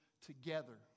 together